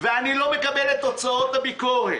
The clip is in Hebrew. ואני לא מקבל את תוצאות הביקורת,